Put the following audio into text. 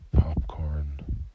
popcorn